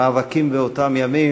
למאבקים באותם ימים,